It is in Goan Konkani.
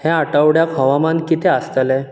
हे आठवड्याक हवामान कितें आसतलें